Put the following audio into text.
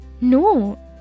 no